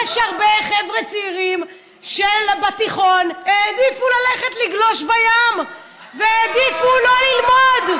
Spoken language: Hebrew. יש הרבה חבר'ה צעירים שבתיכון העדיפו ללכת לגלוש בים והעדיפו לא ללמוד.